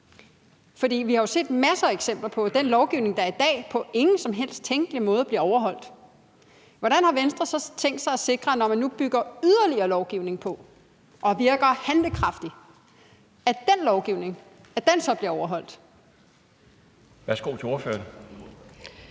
Vi har jo set masser af eksempler på, at den lovgivning, der er i dag, på ingen som helst tænkelig måde bliver overholdt. Så hvordan vil Venstre sikre, når man nu bygger yderligere lovgivning på og virker handlekraftig, at den lovgivning så bliver overholdt? Kl. 12:35 Den